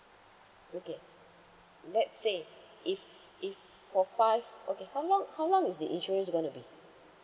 okay let's say if if for five okay how long how long is the insurance gonna be